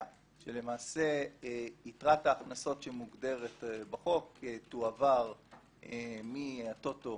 שלמעשה יתרת ההכנסות שמוגדרת בחוק תועבר מהטוטו